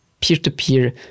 peer-to-peer